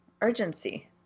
urgency